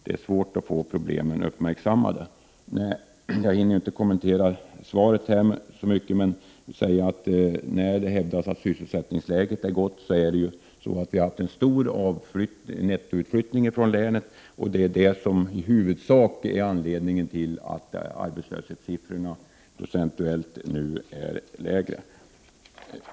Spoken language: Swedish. Det är svårt att få problemen uppmärksammade. Jag vill inte närmare kommentera svaret, men när det hävdas att sysselsättningsläget är gott har det sin förklaring i att vi har haft en stor nettoutflyttning från länet. Det är i huvudsak anledningen till att arbetslöshetssiffrorna procentuellt sett nu är lägre.